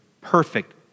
perfect